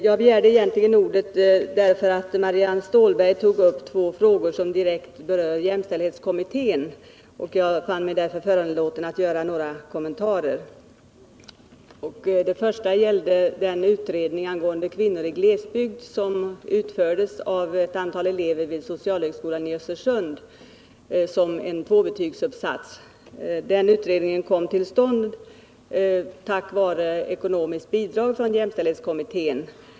Jag begärde egentligen ordet, därför att Marianne Stålberg tog upp två frågor som direkt berör jämställdhetskommittén. Jag finner mig föranlåten att göra några kommentarer. Först vill jag då ta upp utredningen om kvinnor i glesbygd, som utfördes som tvåbetygsuppsats av ett antal elever vid socialhögskolan i Östersund. Utredningen kom till stånd tack vare ekonomiskt bidrag från jämställdhetskommittén.